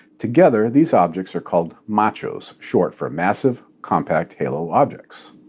together these objects are called machos, short for massive compact halo objects.